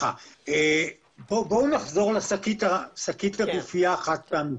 בואו נחזור לשקית הגופייה החד-פעמית.